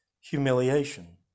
humiliation